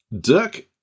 Dirk